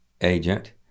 agent